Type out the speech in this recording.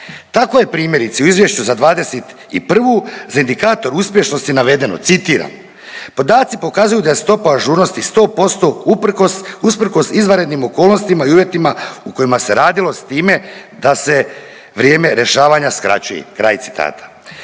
Tako je primjerice u izvješću za '21. za indikator uspješnosti navedeno citiram „podaci pokazuju da je stopa ažurnosti 100% usprkos izvanrednim okolnostima i uvjetima u kojima se radilo s time da se vrijeme rješavanja skraćuje“.